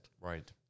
right